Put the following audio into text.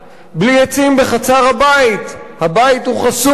בלי עצים בחצר הבית, הבית הוא חשוף.